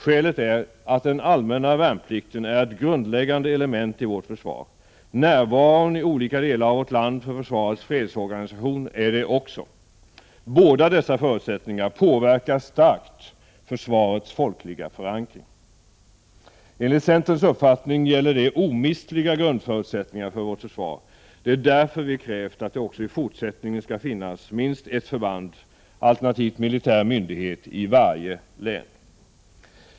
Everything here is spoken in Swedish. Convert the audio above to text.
Skälet är att den allmänna värnplikten är ett grundläggande element i vårt försvar. Närvaron i olika delar av vårt land för försvarets fredsorganisation är det också. Båda dessa förutsättningar påverkar starkt försvarets folkliga förankring. Enligt centerns uppfattning gäller det omistliga grundförutsättningar för vårt försvar. Det är därför vi krävt att det också i fortsättningen skall finnas minst ett förband, alternativt en militär myndighet, i varje län.